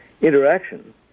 interaction